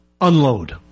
unload